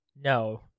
No